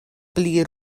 pli